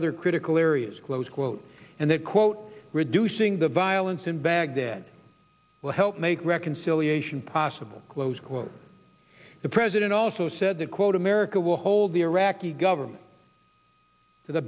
other critical areas close quote and that quote reducing the violence in baghdad will help make reconciliation possible close quote the president also said that quote america will hold the iraqi government t